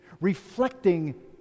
reflecting